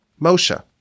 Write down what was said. Moshe